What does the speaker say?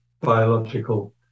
biological